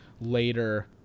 later